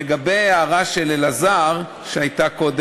לגבי ההערה של אלעזר קודם,